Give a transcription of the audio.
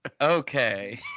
okay